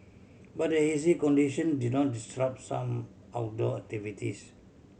but the hazy condition did not disrupt some outdoor activities